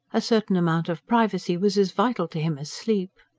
a certain amount of privacy was as vital to him as sleep.